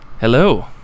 Hello